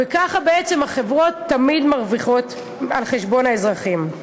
וככה החברות תמיד מרוויחות על חשבון האזרחים.